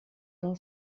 del